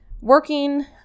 working